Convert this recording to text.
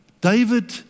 David